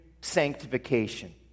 sanctification